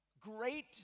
great